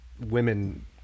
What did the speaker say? women